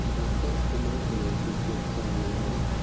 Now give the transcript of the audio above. i thought the nightmare was just carrying on